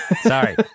Sorry